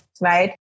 right